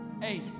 Hey